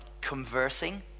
conversing